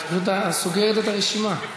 את פשוט סוגרת את הרשימה.